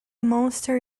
monster